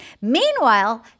Meanwhile